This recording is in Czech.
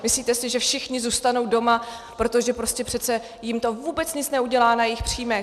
Myslíte si, že všichni zůstanou doma, protože prostě přece jim to vůbec nic neudělá na jejich příjmech?